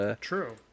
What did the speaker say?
True